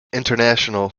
international